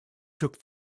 took